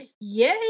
Yay